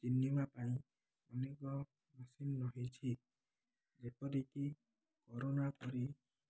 ଚିହ୍ନିବା ପାଇଁ ଅନେକ ମେସିନ ରହିଛି ଯେପରିକି କରୋନା ପରି